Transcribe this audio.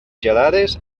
gelades